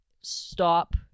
Stop